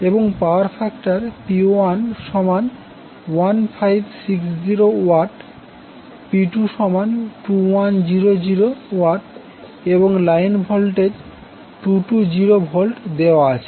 এবং power factor P11560WP22100W এবং line voltage 220 volt দেওয়া আছে